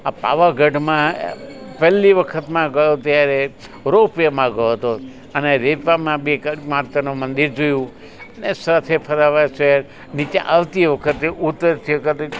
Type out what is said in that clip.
આ પાવાગઢમાં પહેલી વખતમાં ગયો ત્યારે રોપવેમાં ગયો હતો અને રોપવેમાં બી કાળકા માતાનું મંદિર જોયું અને સાથે ફરાવા છે નીચે આવતી વખતે ઊતરતી વખતે પગદંડીથી ઊતર્યા